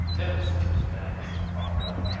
don't listen to his metaphysics, barbara.